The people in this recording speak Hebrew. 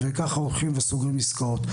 וככה הולכים וסוגרים עסקאות.